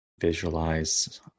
Visualize